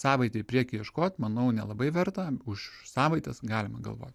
savaitę į priekį ieškot manau nelabai verta už savaitės galima galvot